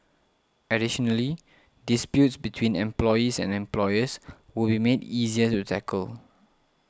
additionally disputes between employees and employers will be made easier to tackle